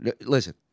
listen